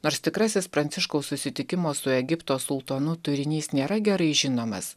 nors tikrasis pranciškaus susitikimo su egipto sultonu turinys nėra gerai žinomas